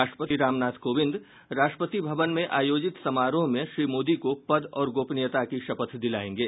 राष्ट्रपति रामनाथ कोविंद राष्ट्रपति भवन में आयोजित समारोह में श्री मोदी को पद और गोपनीयता की शपथ दिलायेंगे